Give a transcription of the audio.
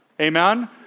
Amen